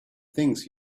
things